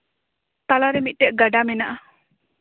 ᱛᱟᱞᱟ ᱨᱮ ᱢᱤᱫᱴᱮᱱ ᱜᱟᱰᱟ ᱢᱮᱱᱟᱜᱼᱟ